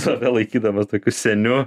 save laikydamas tokiu seniu